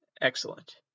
Excellent